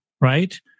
right